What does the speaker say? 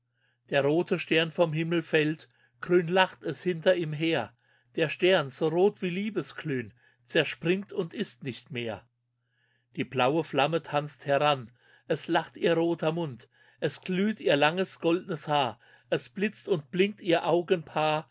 der rote stern vom himmel fällt grün lacht es hinter ihm her der stern so rot wie liebesglühn zerspringt und ist nicht mehr die blaue flamme tanzt heran es lacht ihr roter mund es glüht ihr langes goldnes haar es blitzt und blinkt ihr augenpaar